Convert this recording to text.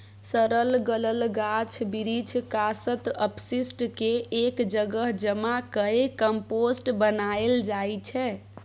सरल गलल गाछ बिरीछ, कासत, अपशिष्ट केँ एक जगह जमा कए कंपोस्ट बनाएल जाइ छै